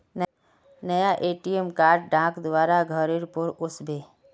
नया ATM card डाक द्वारा घरेर पर ओस बे